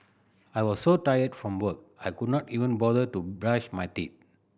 I was so tired from work I could not even bother to brush my teeth